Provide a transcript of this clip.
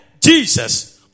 Jesus